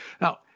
Now